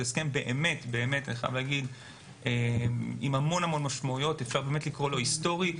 זה הסכם עם המון משמעויות, אפשר לקרוא לו היסטורי.